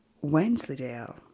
Wensleydale